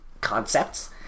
concepts